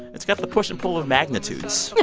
it's got the push and pull of magnitudes